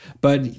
But-